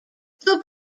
too